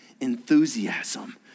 enthusiasm